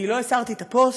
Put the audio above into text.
אני לא הסרתי את הפוסט,